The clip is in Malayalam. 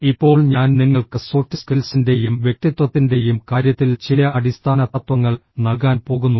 ഇപ്പോൾ ഞാൻ നിങ്ങൾക്ക് സോഫ്റ്റ് സ്കിൽസിന്റെയും വ്യക്തിത്വത്തിന്റെയും കാര്യത്തിൽ ചില അടിസ്ഥാന തത്വങ്ങൾ നൽകാൻ പോകുന്നു